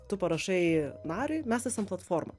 tu parašai mariui mes esam platforma